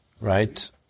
Right